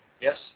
Yes